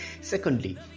secondly